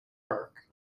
park